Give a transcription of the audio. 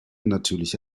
natürliche